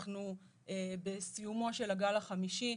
אנחנו בסיומו של הגל החמישי.